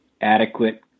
adequate